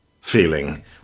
feeling